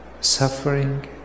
suffering